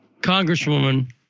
congresswoman